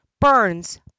burns